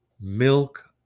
milk